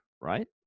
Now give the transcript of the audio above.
right